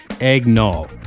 Eggnog